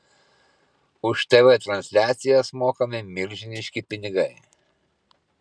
už tv transliacijas mokami milžiniški pinigai